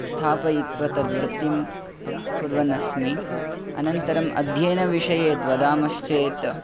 स्थापयित्वा तद्वृत्तिं कुर्वन् अस्मि अनन्तरम् अध्ययनविषये यद्वदामश्चेत्